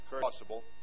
possible